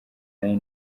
nari